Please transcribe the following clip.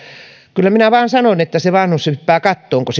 kyllä minä vaan sanon että se vanhus hyppää kattoon kun